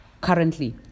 currently